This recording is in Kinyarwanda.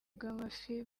bw’amafi